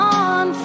on